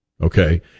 Okay